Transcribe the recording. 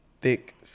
thick